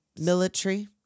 military